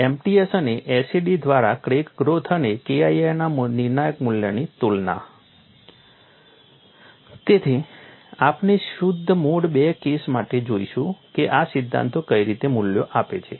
MTS અને SED દ્વારા crack growth અને KII ના નિર્ણાયક મૂલ્યની તુલના તેથી આપણે શુદ્ધ મોડ II કેસ માટે જોઈશું કે આ સિદ્ધાંતો કઈ રીતે મૂલ્યો આપે છે